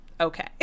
okay